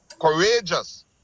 courageous